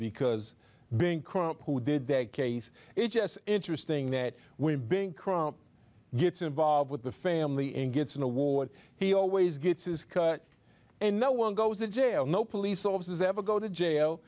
because being who did their case it's just interesting that when big crime gets involved with the family and gets an award he always gets his cut and no one goes in jail no police officers ever go to jail